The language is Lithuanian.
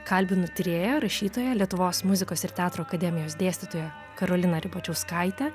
kalbinu tyrėją rašytoją lietuvos muzikos ir teatro akademijos dėstytoja karolina ribačiauskaitę